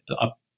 up